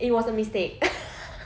it was a mistake